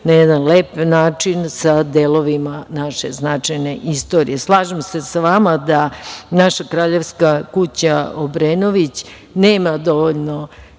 na jedan lep način sa delovima naše značajne istorije. Slažem se sa vama da naša kraljevska kuća Obrenović nema dovoljno